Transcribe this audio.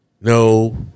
No